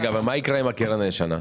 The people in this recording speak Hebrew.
מה יקרה עם הקרן הישנה?